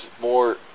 more